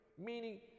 Meaning